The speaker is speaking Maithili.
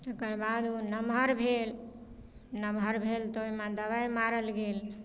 तकरबाद ओ नमहर भेल नमहर भेल तऽ ओइमे दबाइ मारल गेल